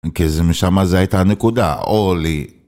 כי זה משמה זה הייתה נקודה, אורלי.